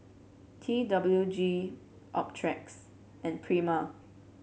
T W G Optrex and Prima